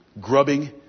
grubbing